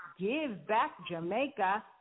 givebackjamaica